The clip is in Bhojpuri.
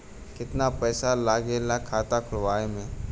कितना पैसा लागेला खाता खोलवावे में?